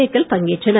ஏக்கள் பங்கேற்றனர்